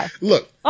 Look